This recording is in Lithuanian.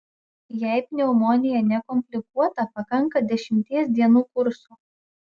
jei pneumonija nekomplikuota pakanka dešimties dienų kurso